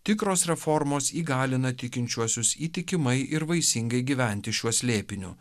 tikros reformos įgalina tikinčiuosius įtikimai ir vaisingai gyventi šiuo slėpiniu